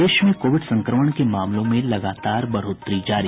प्रदेश में कोविड संक्रमण के मामलों में लगातार बढ़ोतरी जारी